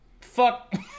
Fuck